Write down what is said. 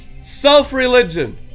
self-religion